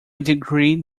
degree